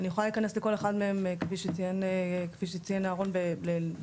אני יכולה להיכנס לכל אחד מהם כפי שציין אהרון נקודתית,